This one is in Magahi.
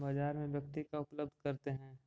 बाजार में व्यक्ति का उपलब्ध करते हैं?